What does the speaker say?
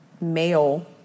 male